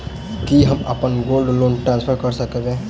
की हम अप्पन gold loan transfer करऽ सकबै?